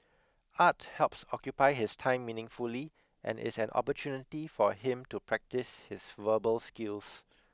art helps occupy his time meaningfully and is an opportunity for him to practise his verbal skills